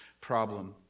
problem